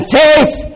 faith